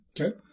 okay